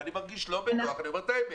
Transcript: ואני מרגיש לא בנוח, אני אומר את האמת.